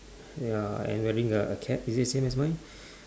ya and wearing a cap is it same as mine